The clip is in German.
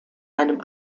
einem